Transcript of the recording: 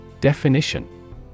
Definition